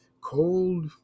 cold